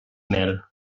mel